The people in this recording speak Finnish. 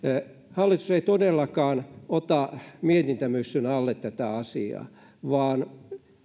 hallitus ei todellakaan ota mietintämyssyn alle tätä asiaa vaan